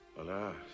Alas